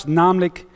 namelijk